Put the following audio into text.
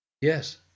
Yes